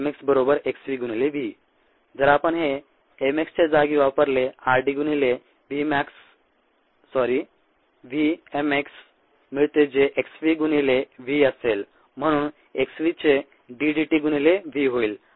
mx xv V जर आपण हे mx च्या जागी वापरले rd गुणिले V mx मिळते जे xv गुणिले V असेल म्हणून xv चे d dt गुणिले V होईल